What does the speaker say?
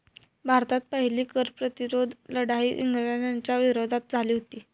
भारतात पहिली कर प्रतिरोध लढाई इंग्रजांच्या विरोधात झाली हुती